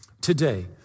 today